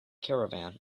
caravan